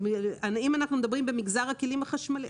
אם אנחנו מדברים במגזר הכלים החשמליים,